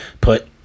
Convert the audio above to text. put